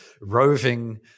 roving